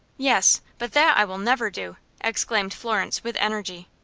yes but that i will never do! exclaimed florence, with energy.